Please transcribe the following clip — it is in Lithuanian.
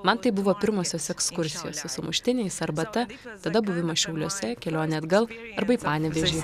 man tai buvo pirmosios ekskursijos su sumuštiniais arbata tada buvimas šiauliuose kelionė atgal arba į panevėžį